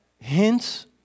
hints